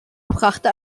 brachte